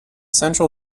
central